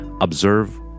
Observe